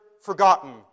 forgotten